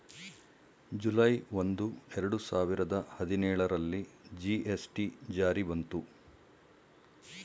July ಒಂದು, ಎರಡು ಸಾವಿರದ ಹದಿನೇಳರಲ್ಲಿ ಜಿ.ಎಸ್.ಟಿ ಜಾರಿ ಬಂತು